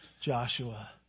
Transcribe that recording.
Joshua